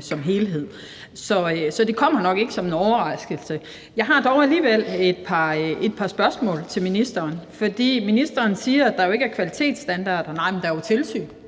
som helhed. Så det kommer nok ikke som en overraskelse. Jeg har dog alligevel et par spørgsmål til ministeren, for ministeren siger, at der jo ikke er kvalitetsstandarder, og nej, men der er tilsyn.